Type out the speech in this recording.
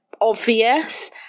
obvious